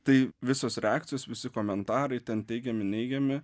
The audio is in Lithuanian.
tai visos reakcijos visi komentarai ten teigiami neigiami